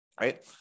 right